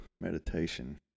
meditation